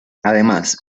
además